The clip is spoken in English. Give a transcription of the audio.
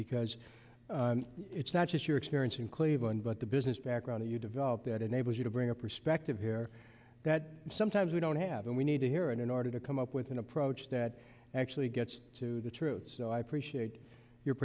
because it's not just your experience in cleveland but the business background you develop that enables you to bring a perspective here that sometimes we don't have and we need to hear it in order to come up with an approach that actually gets to the truth so i appreciate your